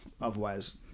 otherwise